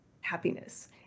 happiness